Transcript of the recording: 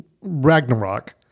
Ragnarok